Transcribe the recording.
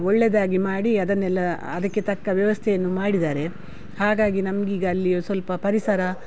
ಒಳ್ಳೆಯದಾಗಿ ಮಾಡಿ ಅದನ್ನೆಲ್ಲ ಅದಕ್ಕೆ ತಕ್ಕ ವ್ಯವಸ್ಥೆಯನ್ನು ಮಾಡಿದ್ದಾರೆ ಹಾಗಾಗಿ ನಮಗೀಗ ಅಲ್ಲಿಯೂ ಸ್ವಲ್ಪ ಪರಿಸರ